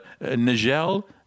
Nigel